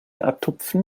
abtupfen